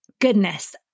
Goodness